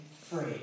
free